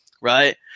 right